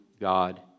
God